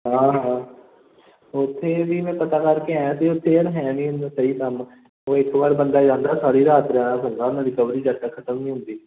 ਹਾਂ ਉਥੇ ਵੀ ਮੈਂ ਪਤਾ ਕਰਕੇ ਆਇਆ ਸੀ ਉਥੇ ਯਾਰ ਹੈ ਨੀ ਸਹੀ ਕੰਮ ਉਹ ਇੱਕ ਵਾਰ ਬੰਦਾ ਜਾਂਦਾ ਸਾਰੀ ਰਾਤ ਰਹਿਣਾ ਪੈਂਦਾ ਰਿਕਵਰੀ ਜਦ ਤੱਕ ਖਤਮ ਨਹੀਂ ਹੁੰਦੀ